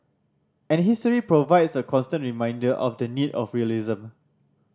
and history provides a constant reminder of the need for realism